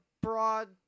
broad